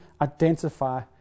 identify